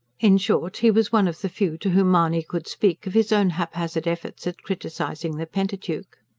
in short, he was one of the few to whom mahony could speak of his own haphazard efforts at criticising the pentateuch.